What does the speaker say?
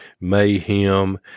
mayhem